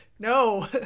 No